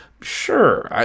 sure